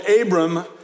Abram